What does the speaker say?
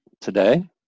today